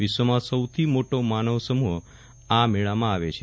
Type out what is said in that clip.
વિશ્વમાં સૌથી મોટો માનવ સમુફ આ મેળામાં આવે છે